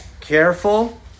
Careful